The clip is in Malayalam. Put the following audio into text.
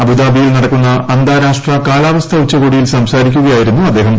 അബുദാബിയിൽ നടക്കുന്ന അന്താരാഷ്ട്ര കാലാവസ്ഥാ ഉച്ചകോടിയിൽ സംസാരിക്കുകയായിരുന്നു അദ്ദേഹം